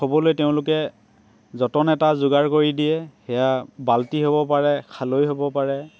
থ'বলৈ তেওঁলোকে যতন এটা যোগাৰ কৰি দিয়ে সেয়া বাল্টি হ'ব পাৰে খালৈ হ'ব পাৰে